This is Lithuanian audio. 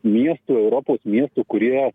miestų europos miestų kurie